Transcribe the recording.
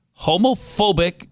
homophobic